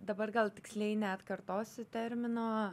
dabar gal tiksliai neatkartosiu termino